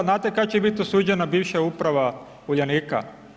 Znate kad će biti osuđena bivša uprava Uljanika?